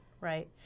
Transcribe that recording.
Right